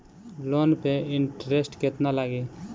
Loan पे interest केतना लागी?